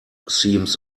seems